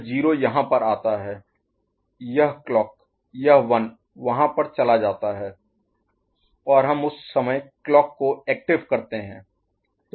तो यह 0 यहाँ पर आता है यह क्लॉक यह 1 वहाँ पर चला जाता है और हम उस समय क्लॉक को एक्टिव Active सक्रिय करते हैं